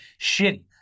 shitty